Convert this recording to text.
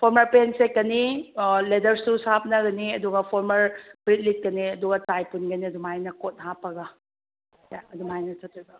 formal pant ꯁꯦꯠꯀꯅꯤ leather shoes ꯍꯥꯞꯅꯒꯅꯤ ꯑꯗꯨꯒ ꯐꯣꯔꯃꯦꯜ ꯐꯨꯔꯤꯠ ꯂꯤꯠꯀꯅꯤ ꯑꯗꯨꯒ ꯇꯥꯏ ꯄꯨꯟꯒꯅꯤ ꯑꯗꯨꯃꯥꯏꯅ ꯀꯣꯠ ꯍꯥꯞꯄꯒ ꯑꯗꯨꯃꯥꯏꯅ ꯆꯠꯇꯣꯏꯕ